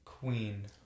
Queen